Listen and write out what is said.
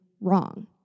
wrong